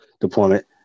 deployment